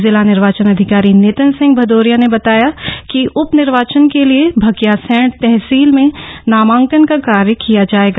जिला निर्वाचन अधिकारी नितिन सिंह भदौरिया ने बताया कि उप निर्वाचन के लिए भिकियासैंण तहसील में नामांकंन का कार्य किया जायेगा